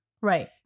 Right